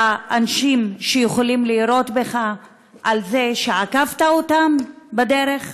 לאנשים שיכולים לירות בך על זה שעקפת אותם בדרך.